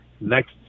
next